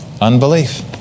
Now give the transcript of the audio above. Unbelief